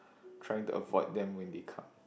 trying to avoid them when they come